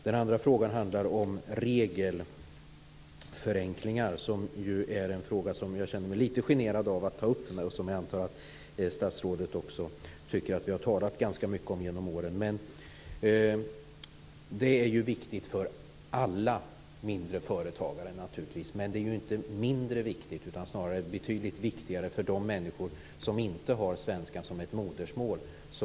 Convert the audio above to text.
Den andra frågan handlar om regelförenklingar, som ju är en fråga som jag känner mig lite generad av att ta upp och som jag antar att statsrådet tycker att vi har talat ganska mycket om genom åren. Det är ju viktigt med regelförenklingar för alla mindre företagare naturligtvis. Men det är ju inte mindre viktigt, utan snarare betydligt viktigare för de människor som inte har svenskan som modersmål.